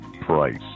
price